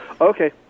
Okay